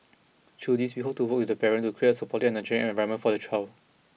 through these we hope to work with the parent to create a supportive and nurturing environment for the child